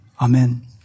Amen